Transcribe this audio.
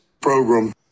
Program